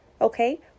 Okay